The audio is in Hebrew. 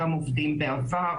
גם עובדים בעבר,